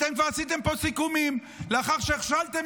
אתם כבר עשיתם פה סיכומים לאחר שהכשלתם